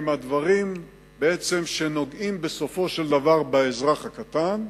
שבעצם נוגעים בסופו של דבר באזרח הקטן,